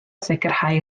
sicrhau